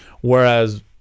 whereas